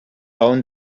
own